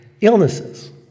illnesses